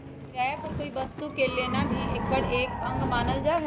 किराया पर कोई वस्तु के लेना भी एकर एक अंग मानल जाहई